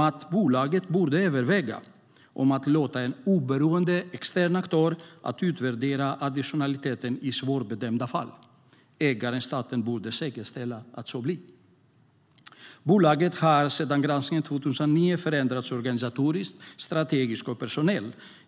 att bolaget borde överväga att låta en oberoende extern aktör utvärdera additionaliteten i svårbedömda fall. Ägaren, staten, borde säkerställa att det blir så. Bolaget har sedan granskningen 2009 förändrats organisatoriskt, strategiskt och personellt.